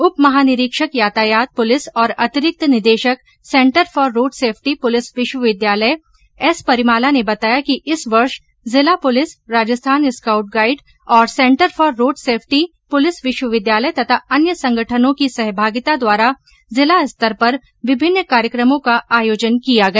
उप महानिरीक्षक यातायात पुलिस और अतिरिक्त निदेशक centre for road safety police विश्वविद्यालय एस परिमाला र्न बताया कि इस वर्ष जिला पुलिस राजस्थान स्काउट गाइड और centre for road safety police विश्वविद्यालय तथा अन्य संगठनों की सहभागिता द्वारा जिला स्तर पर विभिन्न कार्यक्रमों का आयोजन किया किया गया